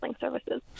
services